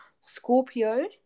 Scorpio